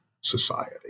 society